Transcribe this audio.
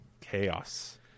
chaos